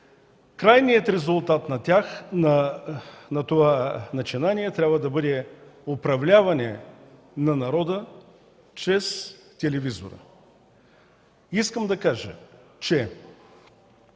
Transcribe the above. Крайният резултат на това начинание трябва да бъде управляване на народа чрез телевизора. Искам да кажа, че